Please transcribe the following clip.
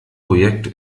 projekt